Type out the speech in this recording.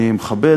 אני מכבד,